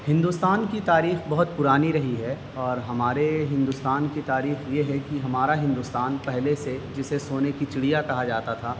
ہندوستان کی تاریخ بہت پرانی رہی ہے اور ہمارے ہندوستان کی تاریخ یہ ہے کہ ہمارا ہندوستان پہلے سے جسے سونے کی چڑیا کہا جاتا تھا